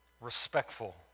respectful